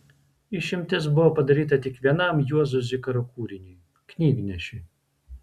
išimtis buvo padaryta tik vienam juozo zikaro kūriniui knygnešiui